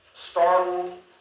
startled